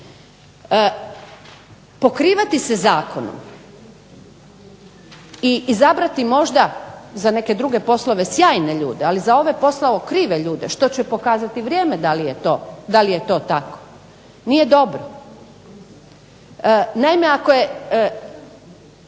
Pokrivati se zakonom i izabrati možda za neke druge poslove sjajne ljude, ali za ovaj posao krive ljude, što će pokazati vrijeme da li je to tako, nije dobro.